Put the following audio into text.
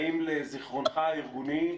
לזיכרונך הארגוני,